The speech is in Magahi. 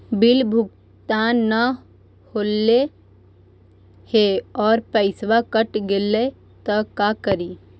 बिल भुगतान न हौले हे और पैसा कट गेलै त का करि?